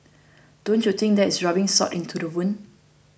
don't you think that is rubbing salt into the wound